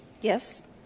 Yes